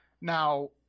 Now